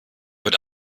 wird